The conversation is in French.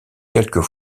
quelques